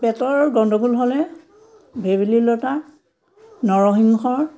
পেটৰ গণ্ডগোল হ'লে ভেবেলী লতা নৰসিংহৰ